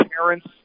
parents